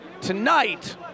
Tonight